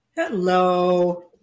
Hello